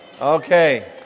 Okay